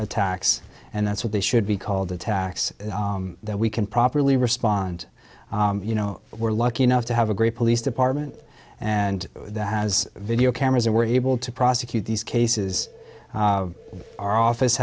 attacks and that's what they should be called attacks that we can properly respond you know we're lucky enough to have a great police department and that has video cameras and we're able to prosecute these cases our